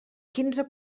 quinze